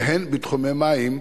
והן בתחומי מים,